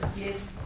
yes.